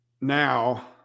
now